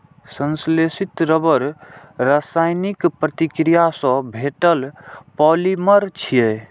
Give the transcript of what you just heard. संश्लेषित रबड़ रासायनिक प्रतिक्रिया सं भेटल पॉलिमर छियै